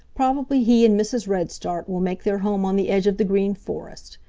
probably he and mrs. redstart will make their home on the edge of the green forest.